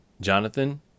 Jonathan